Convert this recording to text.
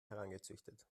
herangezüchtet